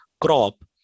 crop